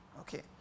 okay